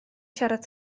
siarad